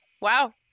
wow